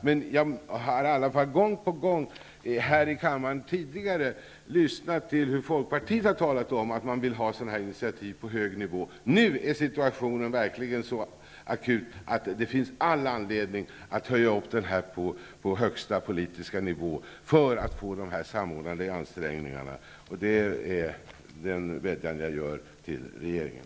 Men jag vill framhålla att jag gång på gång här i kammaren tidigare lyssnat till Folkpartiet, som sagt att man vill ha sådana här initiativ på hög nivå. Nu är situationen verkligen så akut att det finns all anledning att höja den här frågan till högsta politiska nivå för att få samordnade ansträngningar. Det är min vädjan till regeringen.